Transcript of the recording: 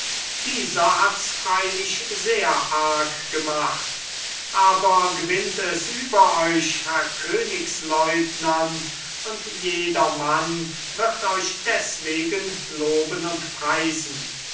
dieser hat's freilich sehr arg gemacht aber gewinnt es über euch herr königslieutenant und jedermann wird euch deswegen loben und preisen